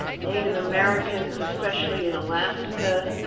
native americans, especially in alaska.